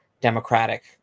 democratic